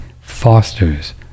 fosters